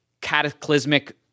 cataclysmic